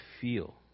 feel